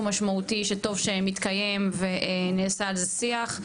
משמעותי שטוב שמתקיים ונעשה על זה שיח.